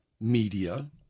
media